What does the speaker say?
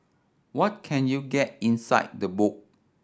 what can you get inside the book